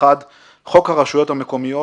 חוק הרשויות המקומיות,